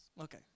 okay